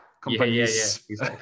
companies